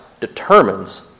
determines